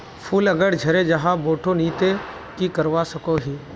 फूल अगर झरे जहा बोठो नी ते की करवा सकोहो ही?